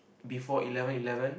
before eleven eleven